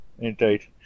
Indeed